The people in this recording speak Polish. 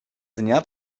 dnia